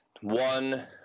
One